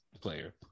player